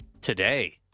today